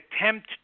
attempt